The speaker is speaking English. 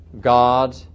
God